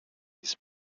his